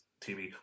tv